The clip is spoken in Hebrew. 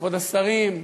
כבוד השרים,